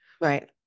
Right